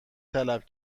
طلب